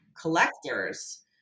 collectors